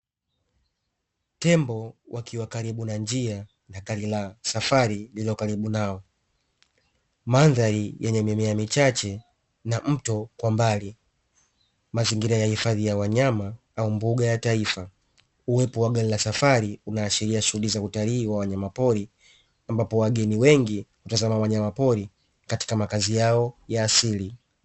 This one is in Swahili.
Tembo wakiwa karibu na njia na gari la safari lilio karibu nao, mandhari yenye mimea michache na mto kwa mbali. Mazingira ya wahifadhi ya wanyama au mbuga ya taifa, uwepo wa gari la safari unaashiri shughuli za utalii za wanyama pori ambapo wageni wengi hutazama wanyama pori katika makazi yao ya asili.